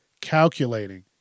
calculating